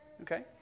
Okay